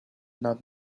not